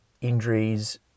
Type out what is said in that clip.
injuries